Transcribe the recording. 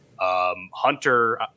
Hunter